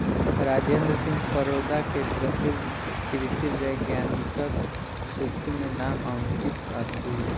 राजेंद्र सिंह परोदा के प्रसिद्ध कृषि वैज्ञानिकक सूचि में नाम अंकित अछि